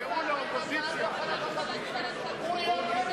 אתה היית שותף בהצעת התקציב?